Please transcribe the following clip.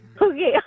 Okay